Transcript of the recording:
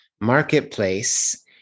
marketplace